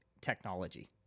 technology